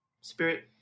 spirit